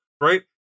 right